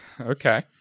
Okay